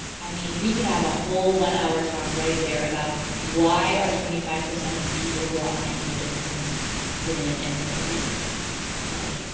i mean, we could have a whole one-hour talk right there about why are twenty five percent of the people who are on antidepressants women in their forty s and fifty s? like,